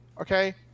Okay